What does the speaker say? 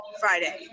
Friday